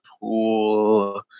pool